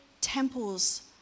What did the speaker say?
temples